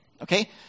Okay